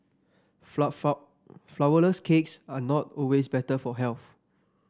flour four flourless cakes are not always better for health